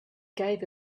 gave